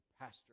pastor